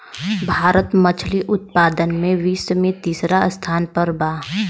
भारत मछली उतपादन में विश्व में तिसरा स्थान पर बा